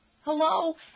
Hello